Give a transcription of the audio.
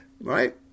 right